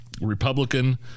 Republican